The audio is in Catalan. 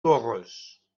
torres